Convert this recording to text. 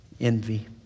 envy